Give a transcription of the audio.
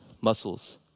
muscles